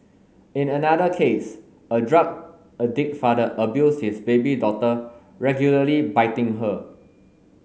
in another case a drug addict father abused his baby daughter regularly biting her